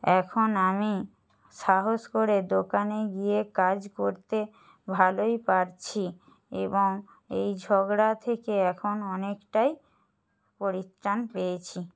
এখন আমি সাহস করে দোকানে গিয়ে কাজ করতে ভালোই পারছি এবং এই ঝগড়া থেকে এখন অনেকটাই পরিত্রাণ পেয়েছি